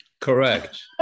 correct